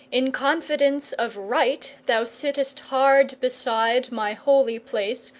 in confidence of right thou sittest hard beside my holy place,